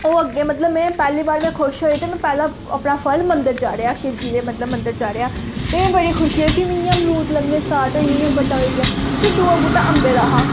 ओह् अग्गें मतलब में पैह्ली बार में खुश होई ते में पैह्ला अपना फल मंदर चाढे़आ शिव जी दे मतलब मंदर चाढ़ेआ फ्ही मिगी बड़ी खुशी होई फ्ही इ'यां मरूद लग्गने स्टार्ट होइये इ'यां बड्डा होइया फिर दूआ बूह्टा अंबें दा हा